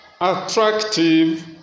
attractive